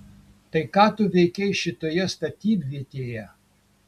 tai ką tu veikei šitoje statybvietėje